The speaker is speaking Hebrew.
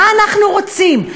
מה אנחנו רוצים,